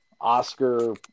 Oscar